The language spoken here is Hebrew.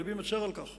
ולבי מצר על כך